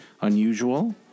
unusual